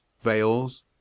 veils